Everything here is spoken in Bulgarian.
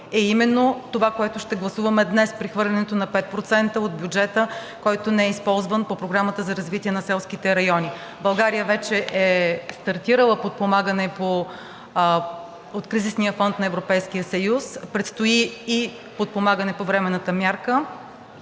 е именно това, което ще гласуваме днес – прехвърлянето на 5% от бюджета, който не е използван по Програмата за развитие на селските райони. България вече е стартирала подпомагане от кризисния фонд на Европейския съюз. Предстои и подпомагане по временната мярка.